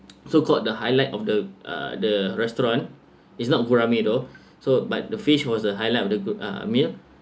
so called the highlight of the uh the restaurant is not gourami though so but the fish was the highlight of the uh meal